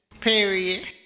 Period